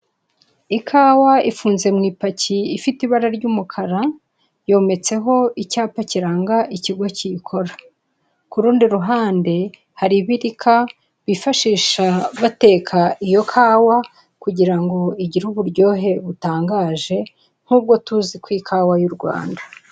Ikawa ifunze mu ipaki ifite ibara ry'umukara, yometseho icyapa kiranga ikigo kibikora. Ku rundi ruhande, hari ibinika bifashisha bateka iyo kawa kugira ngo igire uburyohe butangaje nk'ubwo tuzi ku ikawa y'u Rwanda.